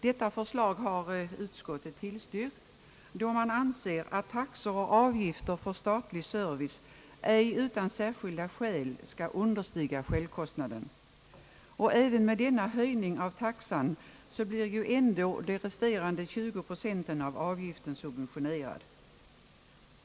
Detta förslag har utskottet tillstyrkt, då man anser att taxor och avgifter för statlig service ej utan skäl skall understiga självkostnaden, Även med denna höjning av taxan blir ändå 20 procent av avgiften subventionerad.